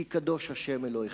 כי קדוש ה' אלוהיכם.